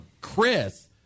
Chris